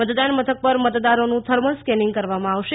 મતદાન મથક પર મતદારોનું થર્મલ સ્કેનીંગ કરવામાં આવશે